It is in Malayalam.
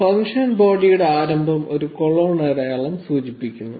ഫംഗ്ഷൻ ബോഡിയുടെ ആരംഭം ഒരു കൊളോൺ അടയാളം സൂചിപ്പിക്കുന്നു